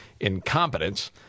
incompetence